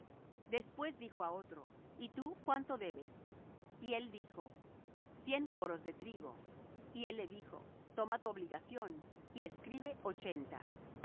después dijo á otro y tú cuánto debes y él dijo cien coros de trigo y él le dijo toma tu obligación y escribe ochenta